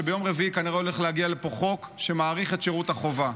הוא שביום רביעי כנראה הולך להגיע לפה חוק שמאריך את שירות החובה.